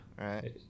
Right